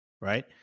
right